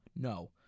No